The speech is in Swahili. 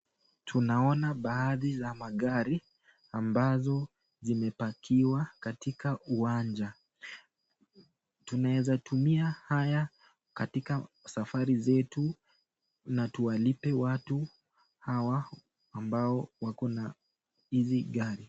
Tunaona baadhi za magari ambazo zimepakiwa katika uwanja. Tunaweza tumia haya katika safari zetu na tuwalipe watu hawa ambao wako na hizi gari.